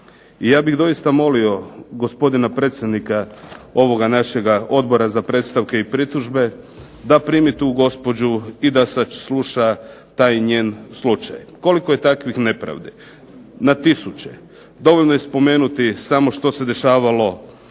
I ja bih doista molio gospodina predsjednika ovoga našega Odbora za predstavke i pritužbe da primi tu gospođu i da sasluša taj njen slučaj. Koliko je takvih nepravdi? Na tisuće. dovoljno je spomenuti samo što se dešavalo